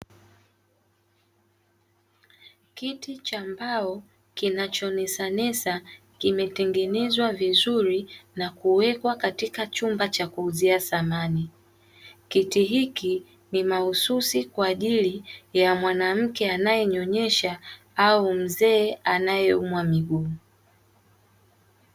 Kiti cha mbao kinachonesanesa kimetengenezwa vizuri na kuwekwa katika chumba cha kuuzia samani, kiti hiki ni maalumu kwa mwanamke anayenyonyesha au mzee anayeumwa miguu.